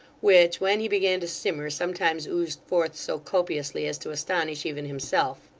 which, when he began to simmer, sometimes oozed forth so copiously as to astonish even himself.